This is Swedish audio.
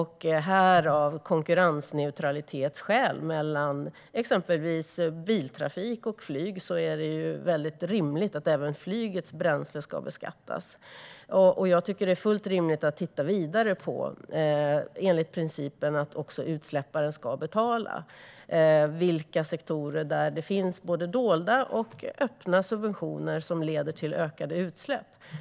Av konkurrensneutralitetsskäl mellan exempelvis biltrafik och flyg är det rimligt att även flygets bränslen ska beskattas. Det är fullt rimligt att titta vidare på dessa frågor enligt principen att utsläpparen ska betala. Det finns både dolda och öppna subventioner som leder till ökade utsläpp.